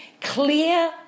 clear